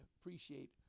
appreciate